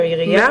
מהעירייה?